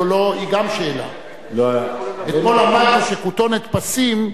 היתה הנמקה מהמקום, ההנחה היתה שמסכימים.